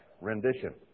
rendition